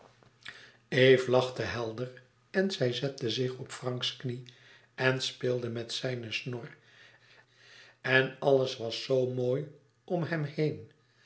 eve lachte helder en zij zette zich op franks knie en speelde met zijne snor en alles was zoo mooi om hem heen